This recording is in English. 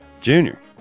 Junior